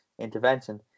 intervention